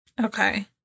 Okay